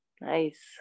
Nice